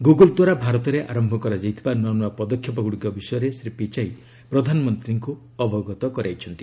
Google ଦ୍ୱାରା ଭାରତରେ ଆରମ୍ଭ କରାଯାଇଥିବା ନୂଆ ନୂଆ ପଦକ୍ଷେପଗୁଡ଼ିକ ବିଷୟରେ ଶ୍ରୀ ପିଚାଇ ପ୍ରଧାନମନ୍ତ୍ରୀଙ୍କୁ ଅବଗତ କରାଇଛନ୍ତି